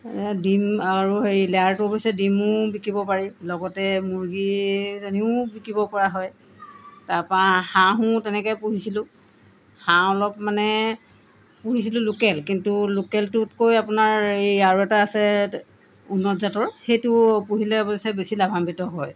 ডিম আৰু হেৰি লেয়াৰটো অৱশ্যে ডিমো বিকিব পাৰি লগতে মুৰ্গীজনীও বিকিব পৰা হয় তাৰপৰা হাঁহো তেনেকা পুহিছিলোঁ হাঁহ অলপ মানে পুহিছিলোঁ লোকেল কিন্তু লোকেলটোতকৈ আপোনাৰ এই আৰু এটা আছে উন্নত জাতৰ সেইটো পুহিলে অৱশ্যে বেছি লাভান্বিত হয়